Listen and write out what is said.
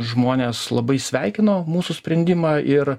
žmonės labai sveikino mūsų sprendimą ir